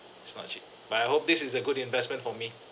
it's not cheap but I hope this is a good investment for me